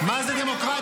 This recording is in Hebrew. מה זו דמוקרטיה?